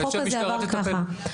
החוק הזה עבר ככה.